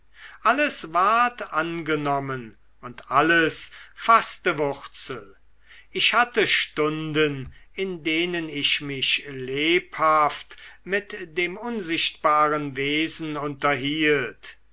alles ward angenommen und alles faßte wurzel ich hatte stunden in denen ich mich lebhaft mit dem unsichtbaren wesen unterhielt